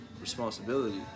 responsibility